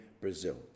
Brazil